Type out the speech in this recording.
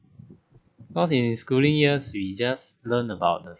cause in his schooling years we just learn about the